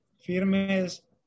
firmes